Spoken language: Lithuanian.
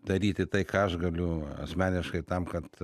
daryti tai ką aš galiu asmeniškai tam kad